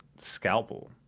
scalpel